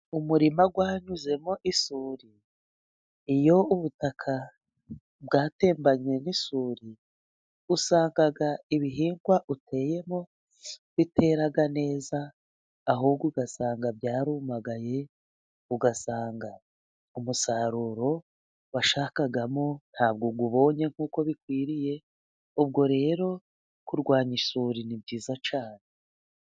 Umurima wanyuzemo isuri iyo ubutaka bwatembanye n'isuri, usanga ibihingwa uteyemo bitera neza, ahubwo ugasanga byarumagaye ugasanga umusaruro washakagamo ntabwo uwubonye nkuko bikwiriye. Ubwo rero kurwanya isuri ni byiza cyane.